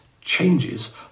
changes